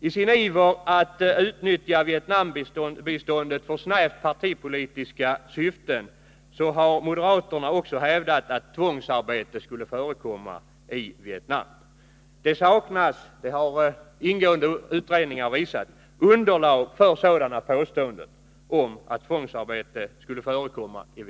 I sin iver att utnyttja Vietnambiståndet för snävt partipolitiska syften har moderaterna hävdat att tvångsarbete skulle förekomma i Vietnam och Laos. Det saknas — det har ingående utredningar visat — underlag för sådana påståenden.